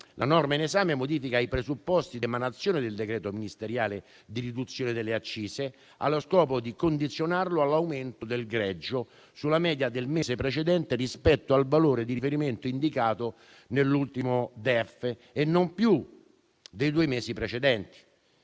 La norma in esame modifica i presupposti di emanazione del decreto ministeriale di riduzione delle accise, allo scopo di condizionarlo all'aumento del greggio sulla media del mese precedente rispetto al valore di riferimento indicato nell'ultimo DEF, e non più dei due mesi precedenti.